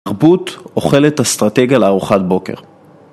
תרבות אוכלת אסטרטגיה לארוחת בוקר